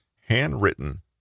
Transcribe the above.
handwritten